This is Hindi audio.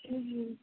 हूँ हूँ